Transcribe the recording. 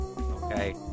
okay